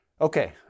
Okay